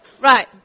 right